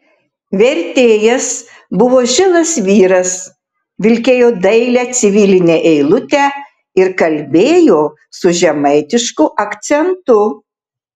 vertėjas buvo žilas vyras vilkėjo dailią civilinę eilutę ir kalbėjo su žemaitišku akcentu